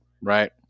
Right